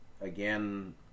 again